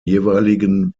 jeweiligen